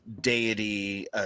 deity